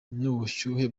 n’ubushyuhe